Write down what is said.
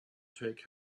take